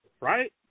right